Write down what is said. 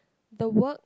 the work